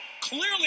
clearly